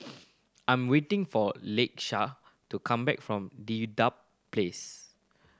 I'm waiting for Lakesha to come back from Dedap Place